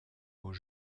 aux